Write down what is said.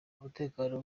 umutekano